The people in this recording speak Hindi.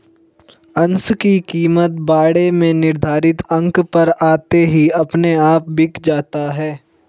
अंश की कीमत बाड़े में निर्धारित अंक पर आते ही अपने आप बिक जाता है